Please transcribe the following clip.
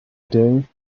day